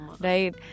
Right